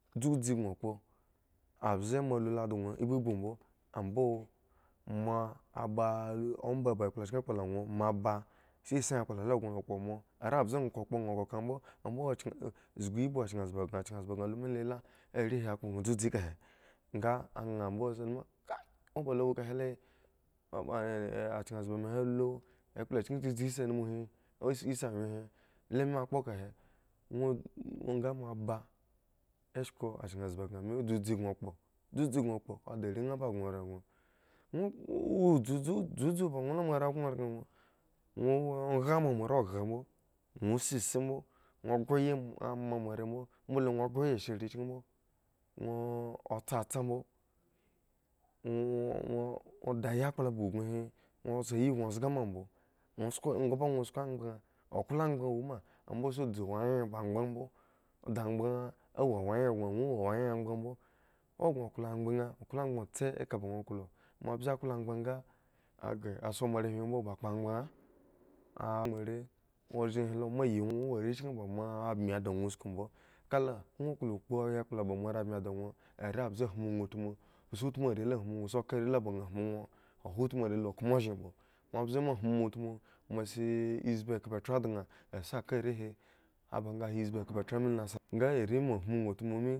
Dzudze gŋo kpo ambze moa lu doŋ ibubu mbo ambo moa a ba lu akpla chki kpol nha moa ba sisi akpla la gŋola kpo moa ae mbze ŋwo ka kpo nha kambo ambo chki zgi ibu kyanhazba kyanhazba baŋ lumi lela are hi kpo nha dzudze ekahe nga anhambo sa luma kai owo ba lo wo kahe le ow akyanhanzba hi alu ekpla chiki dzedze anum hi zga si awyen la me kpo kahe nwo nga moa ba eshko akyan hazbakaŋ me udzudzu gŋo kpo dzudzue gŋo kpo a da renba asŋo ran boŋ ŋwo o dzudzu dzudzu ba la moare gnoran gŋo ŋwo o kha ma moare okha mbo ŋwo si isi mbo ŋwo khro ayi ama moare mbo mbole ŋwo khro ayi ashe rechki mbo ŋwo o tsatsa mbo em ŋwo da yakpla ba ukuŋ hi ŋwo si ayi gŋo dga mbo ŋwo sko gub ŋwo sko angban aklo angbn womambo sa dzu wangre ba angban mbo taangban awo wanyre gno mbo awo wanyre angban mbo ŋwo gŋoklo angban klo tse eka bonklo moa mbze klo angbaŋ nga agre tso moare hwin mbo a kpo angban a ozhen he lo moa yi ŋwo ŋwo wo rechki ba moa bmi di duro usku mbo kala ŋwo klo kpo a akpla ba moare bmi di ŋwo are mbze hmu ŋwo utmu si utmu are le hmun utmu ka are le hmu ŋwo ahan utmu are lo kma ozhen mbo ombze moa hmu utmu moa si ezbie khpoetra dansika are hi aba nga han ezbie khpoetra me lo nga are ma hmun nha utmu mi.